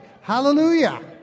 Hallelujah